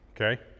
okay